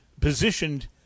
positioned